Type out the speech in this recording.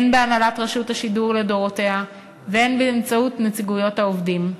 הן בהנהלת רשות השידור לדורותיה והן באמצעות נציגויות העובדים.